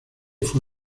fue